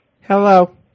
Hello